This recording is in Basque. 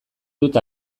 dut